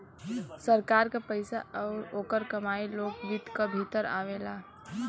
सरकार क पइसा आउर ओकर कमाई लोक वित्त क भीतर आवेला